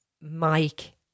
Mike